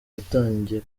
yatangiye